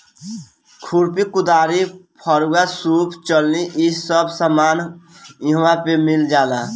खुरपी, कुदारी, फरूहा, सूप चलनी इ सब सामान इहवा पे मिल जाला